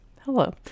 hello